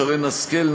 שרן השכל,